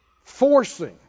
Forcing